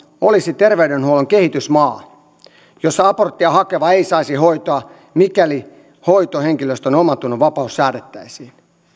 olisi terveydenhuollon kehitysmaa jossa aborttia hakeva ei saisi hoitoa mikäli hoitohenkilöstön omantunnonvapaus säädettäisiin